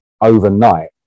overnight